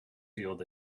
field